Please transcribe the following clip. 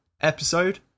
episode